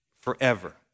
Forever